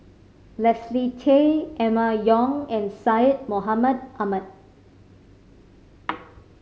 Leslie Tay Emma Yong and Syed Mohamed Ahmed